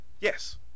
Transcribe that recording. Yes